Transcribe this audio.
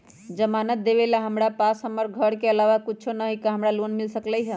जमानत देवेला हमरा पास हमर घर के अलावा कुछो न ही का हमरा लोन मिल सकई ह?